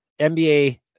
NBA